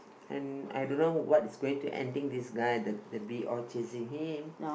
and I don't know what is going to ending this guy the the bee all chasing him